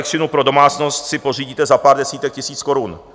Elektřinu pro domácnost si pořídíte za pár desítek tisíc korun.